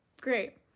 Great